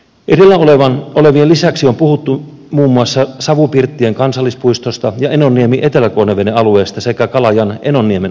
edellä olevien lisäksi on puhuttu muun muassa savupirttien kansallispuistosta ja enonniemietelä konneveden alueesta sekä kalajanenonniemen alueesta